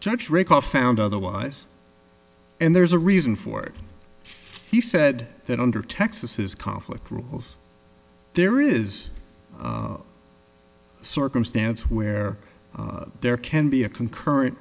judge recall found otherwise and there's a reason for it he said that under texas conflict rules there is a circumstance where there can be a concurren